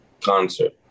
concert